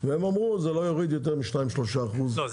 והם אמרו שזה לא יוריד יותר משניים-שלושה אחוזים --- לא,